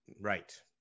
Right